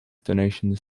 donations